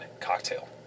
cocktail